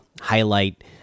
highlight